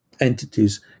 entities